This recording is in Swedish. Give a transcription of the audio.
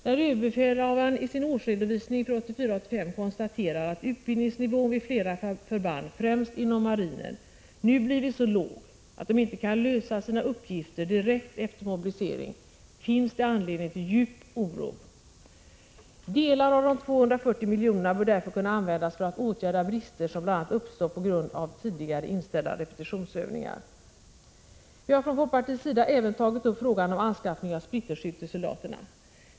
När överbefälhavaren i sin årsredovisning för 1984/85 konstaterat att utbildningsnivån vid flera förband, främst inom marinen, nu blivit så låg att de inte kan lösa sina uppgifter direkt efter mobilisering, finns det anledning till djup oro. Delar av de 240 miljonerna bör därför kunna användas för att åtgärda brister som uppstått bl.a. på grund av tidigare inställda repetitionsövningar. Vi har från folkpartiets sida även tagit upp frågan om anskaffning av splitterskydd till soldaterna.